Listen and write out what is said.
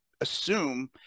assume